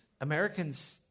Americans